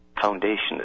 foundation